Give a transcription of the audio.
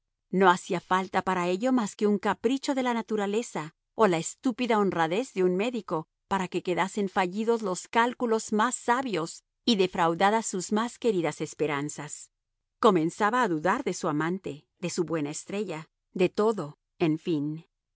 no hacía falta para ello más que un capricho de la naturaleza o la estúpida honradez de un médico para que quedasen fallidos los cálculos más sabios y defraudadas sus más queridas esperanzas comenzaba a dudar de su amante de su buena estrella de todo en fin